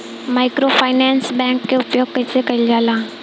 Microfinance bank के उपयोग कइसे कइल जाला?